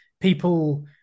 people